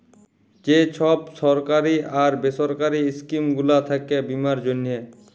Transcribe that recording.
যে ছব সরকারি আর বেসরকারি ইস্কিম গুলা থ্যাকে বীমার জ্যনহে